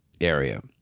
area